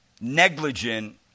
negligent